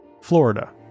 Florida